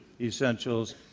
essentials